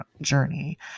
journey